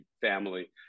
family